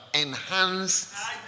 enhanced